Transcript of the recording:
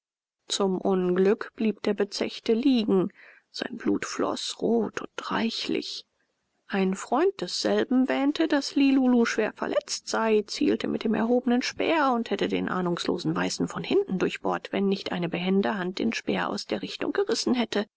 zum unglück blieb der bezechte liegen sein blut floß rot und reichlich ein freund desselben wähnte daß lilulu schwer verletzt sei zielte mit dem erhobenen speer und hätte den ahnungslosen weißen von hinten durchbohrt wenn nicht eine behende hand den speer aus der richtung gerissen hätte